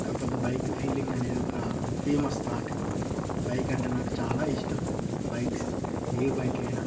కాకపోతే bike feeling అనేది ఒక ఫేమస్ థాట్ బైక్ అంటే నాకు చాలా ఇష్టం బైక్స్ ఏ బైక్ అయినా